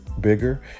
bigger